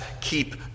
keep